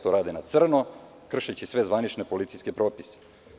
To rade na crno, kršeći sve zvanične policijske propise.